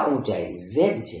આ ઊચાઇ Z છે